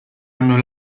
hanno